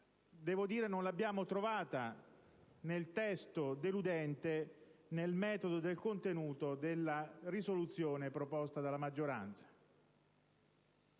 Devo dire che non l'abbiamo trovata nel metodo, nel deludente testo e nel contenuto della risoluzione proposta dalla maggioranza.